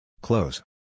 close